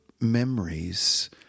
memories